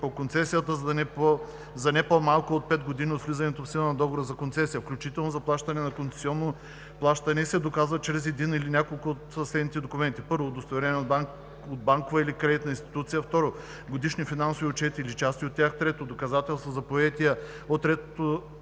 по концесията, за не по-малко от 5 години от влизането в сила на договора за концесия, включително заплащане на концесионно плащане, и се доказват чрез един или няколко от следните документи: 1. удостоверения от банкова или кредитна институция; 2. годишни финансови отчети или части от тях; 3. доказателства за поетия от третото